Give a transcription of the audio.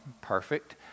perfect